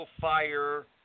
Fire